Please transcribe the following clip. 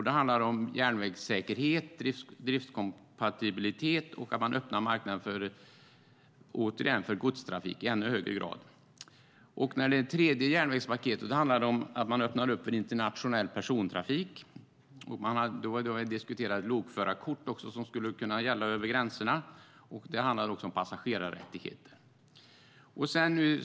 Då handlade det om järnvägssäkerhet, driftskompatibilitet och om att man återigen öppnar marknaden för godstrafik i ännu högre grad. Det tredje järnvägspaketet handlade om att öppna för internationell persontrafik. Då diskuterades också lokförarkort som skulle kunna gälla över gränserna. Det handlade även om passagerarrättigheter.